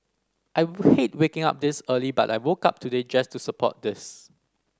I hate waking up this early but I woke up today just to support this